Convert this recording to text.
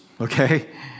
okay